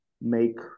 make